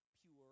pure